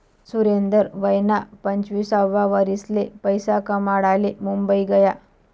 सुरेंदर वयना पंचवीससावा वरीसले पैसा कमाडाले मुंबई गया